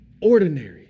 ordinary